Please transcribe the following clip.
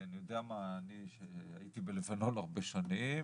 אני הייתי בלבנון הרבה שנים,